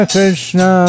Krishna